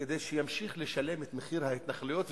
כדי שימשיך לשלם את מחיר ההתנחלויות,